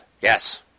Yes